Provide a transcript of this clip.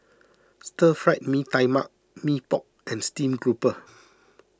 Stir Fried Mee Tai Mak Mee Pok and Steamed Grouper